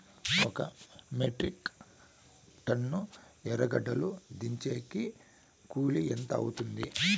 ఒక metric ton ఎర్రగడ్డలు దించేకి కూలి ఎంత అవుతుంది?